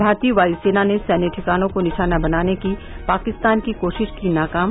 भारतीय वायु सेना ने सैन्य ठिकानों को निशाना बनाने की पाकिस्तान की कोशिश की नाकाम